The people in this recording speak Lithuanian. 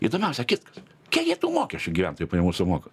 įdomiausia kitkas kiek jie tų mokesčių gyventojų pajamų sumoka